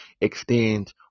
extend